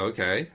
Okay